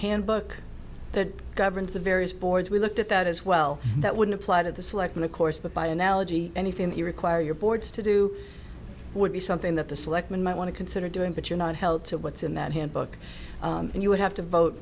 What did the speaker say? handbook that governs the various boards we looked at that as well that wouldn't apply to the selection of course but by analogy anything to require your boards to do would be something that the selectmen might want to consider doing but you're not held to what's in that handbook and you would have to vote